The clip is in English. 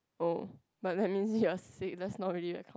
oh but let me see ah sick that's not really a couple